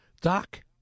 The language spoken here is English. Doc